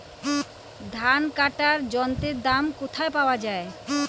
ধান কাটার যন্ত্রের দাম কোথায় পাওয়া যায়?